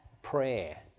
prayer